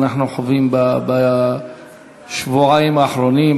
אנחנו חווים בשבועיים האחרונים,